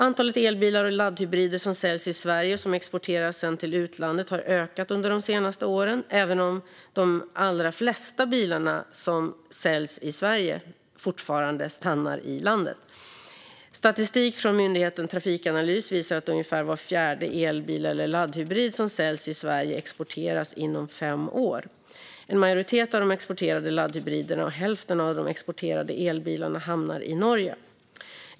Antalet elbilar och laddhybrider som säljs i Sverige och som sedan exporteras till utlandet har ökat under de senaste åren, även om de allra flesta bilar som säljs i Sverige fortfarande stannar i landet. Statistik från myndigheten Trafikanalys visar att ungefär var fjärde elbil eller laddhybrid som säljs i Sverige exporteras inom fem år. En majoritet av de exporterade laddhybriderna och hälften av de exporterade elbilarna hamnar i Norge.